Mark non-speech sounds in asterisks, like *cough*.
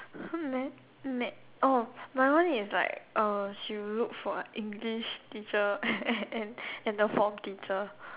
uh math math oh my one is like err she look for English teacher *laughs* and and the form teacher